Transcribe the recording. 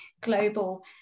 global